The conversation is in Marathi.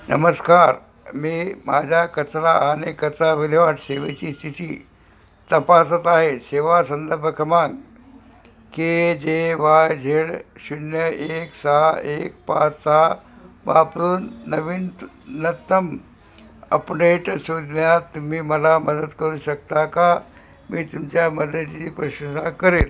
नमस्कार मी माझा कचरा आणि कचरा विल्हेवाट सेवेची स्थिती तपासत आहे सेवा संदर्भ क्रमांक के जे वाय झेड शून्य एक सहा एक पाच सहा वापरून नवीनतम अपडेट शोधण्यात तुम्ही मला मदत करू शकता का मी तुमच्या मदतीची प्रशंसा करेल